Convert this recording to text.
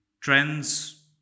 trends